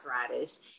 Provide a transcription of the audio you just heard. arthritis